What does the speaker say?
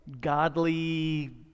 godly